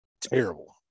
terrible